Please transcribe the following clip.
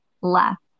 left